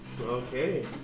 Okay